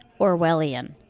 Orwellian